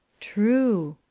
true,